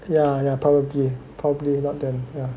yeah yeah probably probably not them yeah